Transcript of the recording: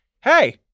hey